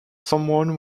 someone